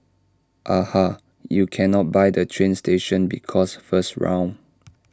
aha you cannot buy the train station because first round